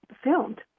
filmed